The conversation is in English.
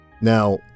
Now